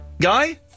Guy